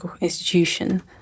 institution